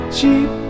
Cheap